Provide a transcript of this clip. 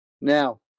now